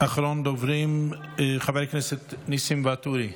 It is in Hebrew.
אחרון הדוברים, חבר הכנסת ניסים ואטורי,